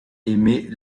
aimait